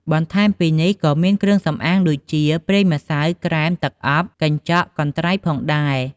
បន្ថែមពីនេះ ក៏មានគ្រឿងសំអាងដូចជា ប្រេងម្សៅ ក្រេម ទឹកអប កញ្ចក់ កន្ត្រៃផងដែរ។